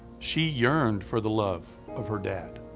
she yearned for the love of her dad.